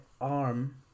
arm